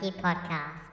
podcast